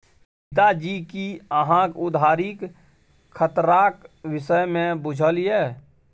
रीता जी कि अहाँक उधारीक खतराक विषयमे बुझल यै?